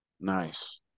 Nice